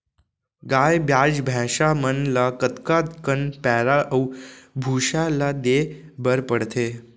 गाय ब्याज भैसा मन ल कतका कन पैरा अऊ भूसा ल देये बर पढ़थे?